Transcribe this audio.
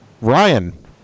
Ryan